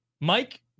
Mike